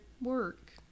work